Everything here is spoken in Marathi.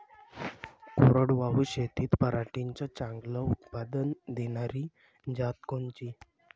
कोरडवाहू शेतीत पराटीचं चांगलं उत्पादन देनारी जात कोनची?